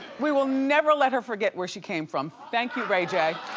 we will never let her forget where she came from. thank you ray j.